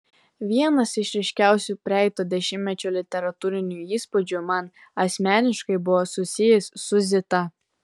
vienas iš ryškiausių praeito dešimtmečio literatūrinių įspūdžių man asmeniškai buvo susijęs su zita